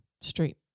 straight